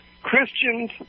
Christians